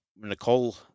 Nicole